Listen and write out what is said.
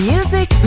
Music